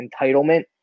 entitlement